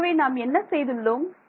ஆகவே நாம் என்ன செய்துள்ளோம்